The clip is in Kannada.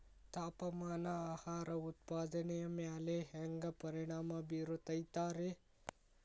ತಾಪಮಾನ ಆಹಾರ ಉತ್ಪಾದನೆಯ ಮ್ಯಾಲೆ ಹ್ಯಾಂಗ ಪರಿಣಾಮ ಬೇರುತೈತ ರೇ?